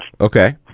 Okay